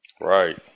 Right